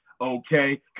Okay